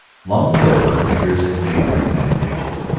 long ago her fingers had made their examination,